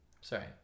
Sorry